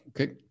Okay